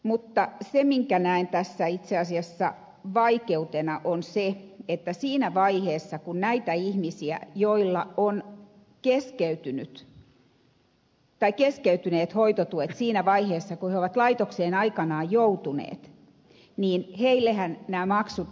mutta se minkä näen tässä itse asiassa vaikeutena on se että näille ihmisille joilla ovat keskeytyneet hoitotuet siinä vaiheessa kun he ovat laitokseen aikanaan joutuneet nämä maksut automaattisesti palautuvat